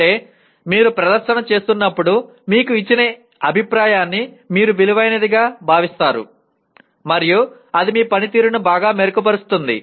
అంటే మీరు ప్రదర్శన చేస్తున్నప్పుడు మీకు ఇచ్చిన అభిప్రాయాన్ని మీరు విలువైనదిగా భావిస్తారు మరియు అది మీ పనితీరును బాగా మెరుగుపరుస్తుంది